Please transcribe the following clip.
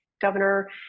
governor